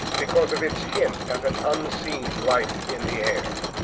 because of its hint at an unseen life in the air.